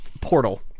Portal